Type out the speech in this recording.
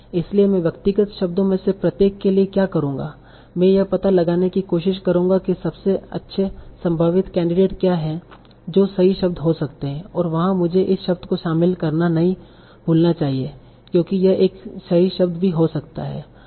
इसलिए मैं व्यक्तिगत शब्दों में से प्रत्येक के लिए क्या करूंगा मैं यह पता लगाने की कोशिश करूंगा कि सबसे अच्छे संभावित कैंडिडेट क्या हैं जो सही शब्द हो सकते हैं और वहां मुझे इस शब्द को शामिल करना नहीं भूलना चाहिए क्योंकि यह एक सही शब्द भी हो सकता है